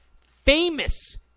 famous